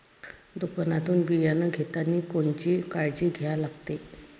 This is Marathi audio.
दुकानातून बियानं घेतानी कोनची काळजी घ्या लागते?